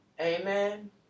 Amen